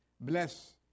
bless